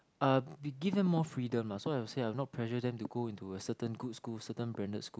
uh to give them more freedom lah so I will say I will not give them pressure to go into a certain good school certain branded school